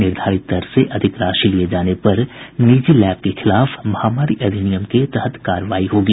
निर्धारित दर से अधिक राशि लिये जाने पर निजी लैब के खिलाफ महामारी अधिनियम के तहत कार्रवाई की जायेगी